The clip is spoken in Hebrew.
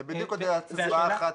זה בדיוק עוד הצבעה אחת.